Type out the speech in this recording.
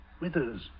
Withers